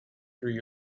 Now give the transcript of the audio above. through